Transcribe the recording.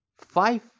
five